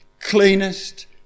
cleanest